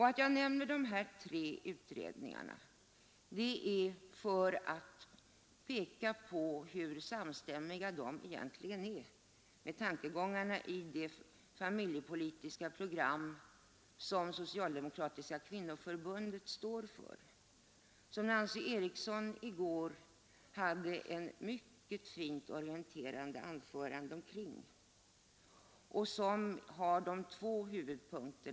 Att jag nämner de här tre utredningarna är för att peka på hur samstämmiga de egentligen är med tankegångarna i det familjepolitiska program som Socialdemokratiska kvinnoförbundet står för och som Nancy Eriksson höll ett fint orienterande anförande omkring. Det har två huvudpunkter.